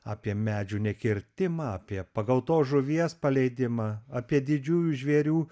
apie medžių nekirtimą apie pagautos žuvies paleidimą apie didžiųjų žvėrių